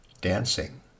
dancing